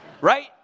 Right